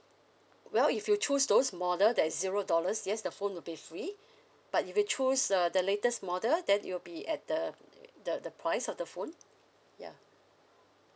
well if you choose those model that is zero dollars yes the phone will be free but if you choose uh the latest model then it will be at the the the price of the phone ya